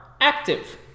active